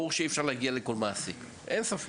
ברור שאי אפשר להגיע לכל מעסיק, אין ספק,